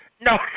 No